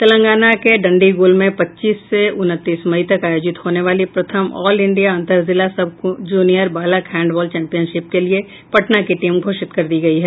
तेलंगना के डंडीगुल में पच्चीस से उनतीस मई तक आयोजित होने वाली प्रथम ऑल इंडिया अंतरजिला सब जूनियर बालक हैंडबॉल चैम्पियनशिप के लिए पटना की टीम घोषित कर दी गयी है